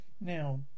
now